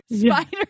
Spider